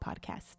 podcast